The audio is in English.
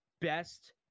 best